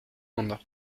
monde